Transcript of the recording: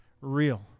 real